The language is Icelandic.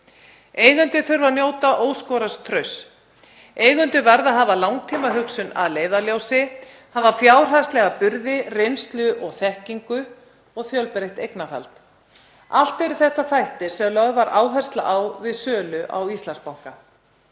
Eigendur þurfa að njóta óskoraðs trausts, eigendur verða að hafa langtímahugsun að leiðarljósi, hafa fjárhagslega burði, reynslu og þekkingu og fjölbreytt eignarhald. Allt eru þetta þættir sem lögð var áhersla á við sölu á Íslandsbanka.